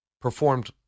performed